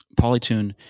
Polytune